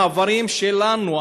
המעברים שלנו,